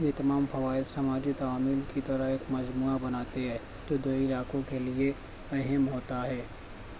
یہ تمام فوائد سماجی تعامل کی طرح ایک مجموعہ بناتے ہے تو دیہی علاقوں کے لیے اہم ہوتا ہے